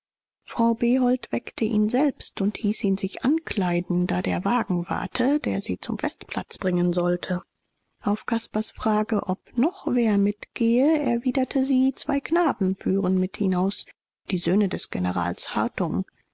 frau behold weckte ihn selbst und hieß ihn sich ankleiden da der wagen warte der sie zum festplatz bringen sollte auf caspars frage ob noch wer mitgehe erwiderte sie zwei knaben führen mit hinaus die söhne des generals